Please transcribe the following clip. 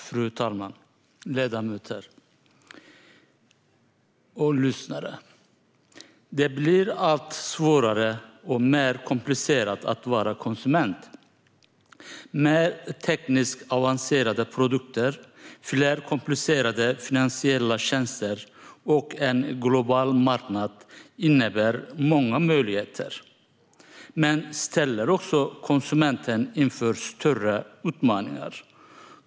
Fru talman! Ledamöter och lyssnare! Det blir allt svårare och mer komplicerat att vara konsument. Tekniskt avancerade produkter, fler komplicerade finansiella tjänster och en global marknad innebär många möjligheter men ställer också konsumenten inför större utmaningar.